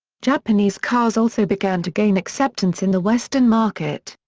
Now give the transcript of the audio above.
japanese cars also began to gain acceptance in the western market,